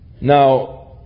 Now